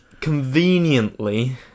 conveniently